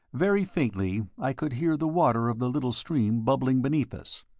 very faintly i could hear the water of the little stream bubbling beneath us.